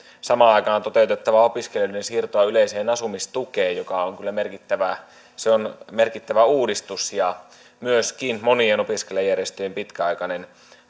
samaan aikaan toteutettavaa opiskelijoiden siirtoa yleiseen asumistukeen joka on kyllä merkittävää se on merkittävä uudistus ja myöskin monien opiskelijajärjestöjen pitkäaikainen